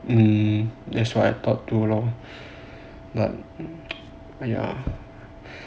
mm that's what I thought too lor !aiya!